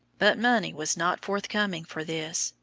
but money was not forthcoming for this,